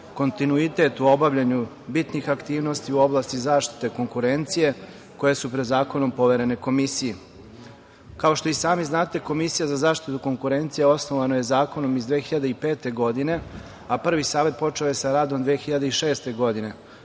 kontinuitet u obavljanju bitnih aktivnosti u oblasti zaštite konkurencije koje su pred zakonom poverene Komisiji. Kao što i sami znate, Komisija za zaštitu konkurencije osnovana je zakonom iz 2005. godine, a prvi Savet počeo je sa radom 2006. godine.